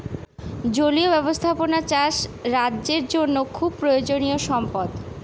জলীয় ব্যাবস্থাপনা চাষ রাজ্যের জন্য খুব প্রয়োজনীয়ো সম্পদ